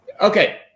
okay